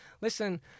Listen